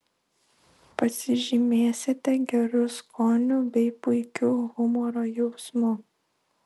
pasižymėsite geru skoniu bei puikiu humoro jausmu